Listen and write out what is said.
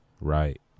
Right